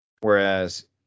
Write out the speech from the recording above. whereas